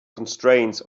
constraints